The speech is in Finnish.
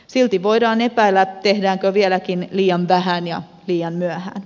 silti voidaan epäillä tehdäänkö vieläkin liian vähän ja liian myöhään